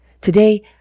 Today